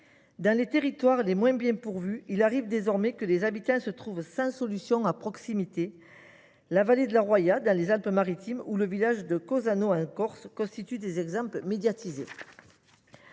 Dans les territoires les moins bien pourvus, il arrive désormais que les habitants se trouvent sans solution de proximité : la vallée de la Roya, dans les Alpes Maritimes, comme le village de Cozzano, en Corse, en sont des exemples médiatisés.